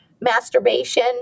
masturbation